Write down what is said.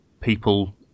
people